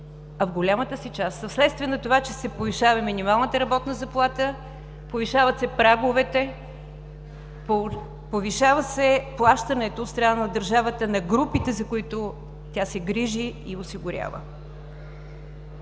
а в голямата си част са вследствие на това, че се повишава минималната работна заплата, повишават се праговете, повишава се плащането от страна на държавата на групите, за които тя се грижи и осигурява.